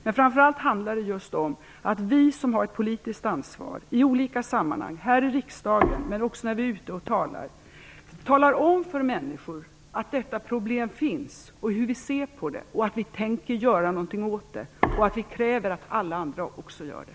Det handlar framför allt om att vi som har ett politiskt ansvar i olika sammanhang, här i riksdagen, men också när vi är ute och talar, talar om för människor att detta problem finns och hur vi ser på det, att vi tänker göra någonting åt det och att vi kräver att alla andra också gör det.